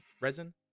resin